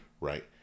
right